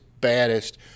baddest